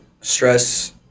stress